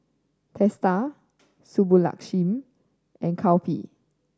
Teesta Subbulakshmi and Kapil